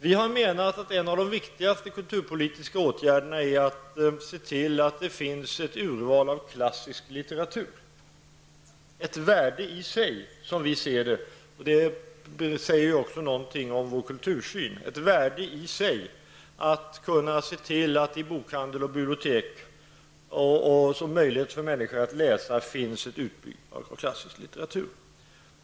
Vi har menat att en av de viktigaste kulturpolitiska åtgärderna är att se till att det finns ett urval av klassisk litteratur. Det är ett värde i sig, som vi ser det, och det säger också någonting om vår kultursyn -- ett värde i sig att det i bokhandel och bibliotek ges möjlighet för människor att läsa klassisk litteratur.